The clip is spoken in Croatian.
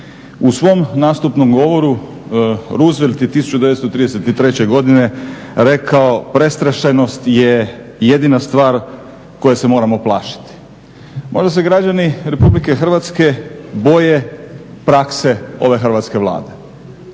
U svom nastupnom govoru Roosevelt je 1933.godine rekao "Prestrašenost je jedina stvar koje se moramo plašiti". Možda se građani RH boje prakse ove hrvatske Vlade,